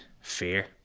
fear